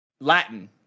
Latin